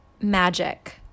magic